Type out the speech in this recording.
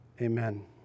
amen